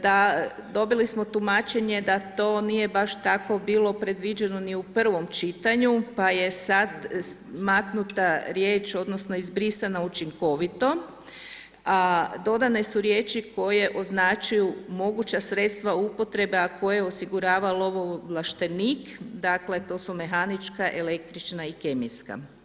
Dobili smo tumačenje da to nije baš tako bilo predviđeno ni u prvom čitanju pa je sad maknuta riječ odnosno izbrisana učinkovito a dodane su riječi koje označuju moguća sredstva upotrebe a koje je osiguravao lovoovlaštenik, dakle to su mehanička, električna i kemijska.